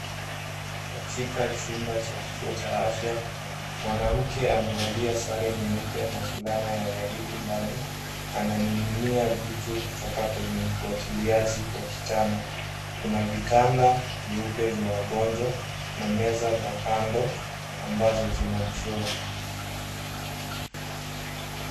Katika chumba cha kituo cha afya, mwanamke amevalia sare nyeupe na fulana ya waridi ndani, ananing'inia vitu kutoka kwenye mfuatiliaji wa kitanda. Kuna vitanda vyeupe vya wagonjwa na meza za kando, ambazo zina drawer .